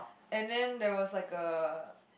and then there was like a